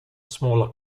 smaller